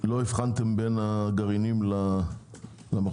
לא הבחנתם בין הגרעינים למכולות?